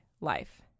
life